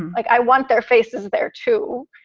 like i want their faces there, too.